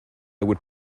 would